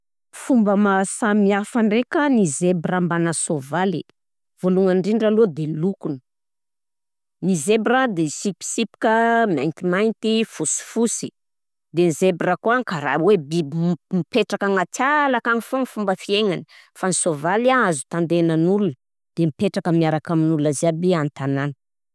Fomba maro samihafa ndraika ny zebra mbana sôvaly: vôlohany ndrindra aloha de lokony, ny zebra de sipisipika maintimainty fosifosy, de ny zebra koa karaha hoe biby mm- mipetraka agnaty ala akagny foana fomba fiaignany fa ny sôvaly an azo tandenan'ol de mipetraka miaraka amin'ol ziaby an-tanà.